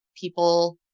people